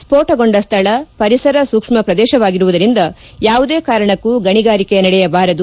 ಸ್ಕೋಟಗೊಂಡ ಸ್ಥಳ ಪರಿಸರ ಸೂಕ್ಷ್ಯ ಪ್ರದೇಶವಾಗಿರುವುದರಿಂದ ಯಾವುದೇ ಕಾರಣಕ್ಕೂ ಗಣಿಗಾರಿಕೆ ನಡೆಯಬಾರದು